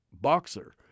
boxer